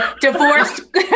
divorced